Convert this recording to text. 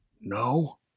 No